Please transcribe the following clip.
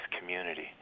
community